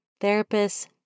therapists